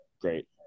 Great